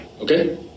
okay